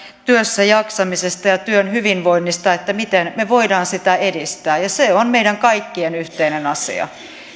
työssäjaksamisesta ja työn hyvinvoinnista miten me voimme sitä edistää se on meidän kaikkien yhteinen asia